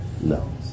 No